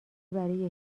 برای